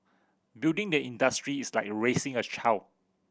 building the industry is like raising a child